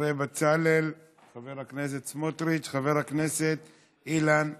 אחרי חבר הכנסת סמוטריץ, חבר הכנסת אילן גילאון.